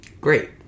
Great